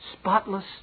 spotless